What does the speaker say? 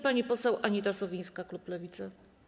Pani poseł Anita Sowińska, klub Lewica.